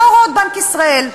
אלה הוראות בנק ישראל.